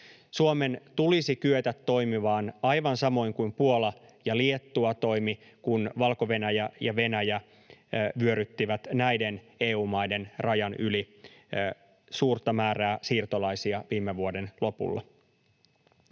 Suomen tulisi kyetä toimimaan aivan samoin kuin Puola ja Liettua toimivat, kun Valko-Venäjä ja Venäjä vyöryttivät näiden EU-maiden rajojen yli suurta määrää siirtolaisia viime vuoden lopulla.